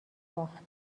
باخت